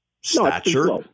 stature